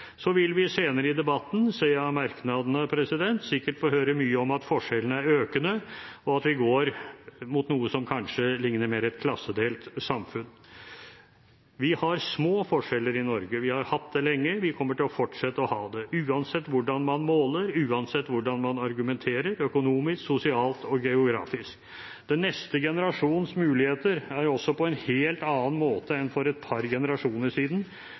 Så vil vi senere i debatten – ser jeg av merknadene – sikkert få høre mye om at forskjellene er økende, og at vi går mot noe som kanskje ligner mer et klassedelt samfunn. Vi har små forskjeller i Norge. Vi har hatt det lenge. Vi kommer til å fortsette å ha det, uansett hvordan man måler, uansett hvordan man argumenterer, økonomisk, sosialt og geografisk. Den neste generasjons muligheter er også på en helt annen måte enn for et par generasjoner siden